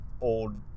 old